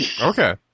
Okay